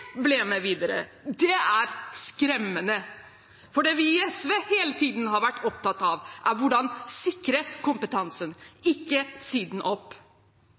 ble med videre. Det er skremmende, for det vi i SV hele tiden har vært opptatt av, er å sikre kompetansen – ikke si den opp.